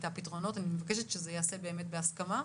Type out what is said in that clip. הפתרונות ואני מבקשת שזה ייעשה באמת בהסכמה,